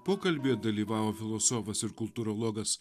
pokalbyje dalyvavo filosofas ir kultūrologas